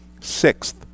sixth